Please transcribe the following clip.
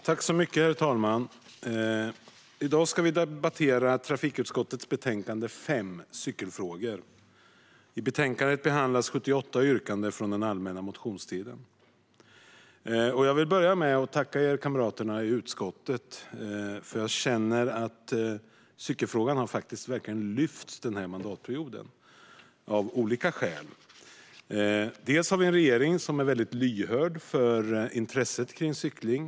Herr talman! I dag ska vi debattera trafikutskottets betänkande 5 Cykel frågor . I betänkandet behandlas 78 yrkanden från den allmänna motionstiden. Jag vill börja med att tacka mina kamrater i utskottet. Cykelfrågan har verkligen lyfts under den här mandatperioden av olika skäl. Vi har en regering som är lyhörd för intresset av cykling.